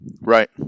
Right